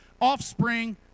offspring